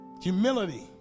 Humility